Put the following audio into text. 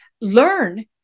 learn